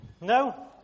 No